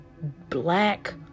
black